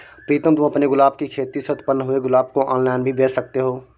प्रीतम तुम अपने गुलाब की खेती से उत्पन्न हुए गुलाब को ऑनलाइन भी बेंच सकते हो